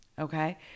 okay